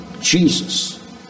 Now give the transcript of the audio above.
Jesus